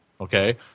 Okay